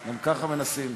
גם ככה מנסים.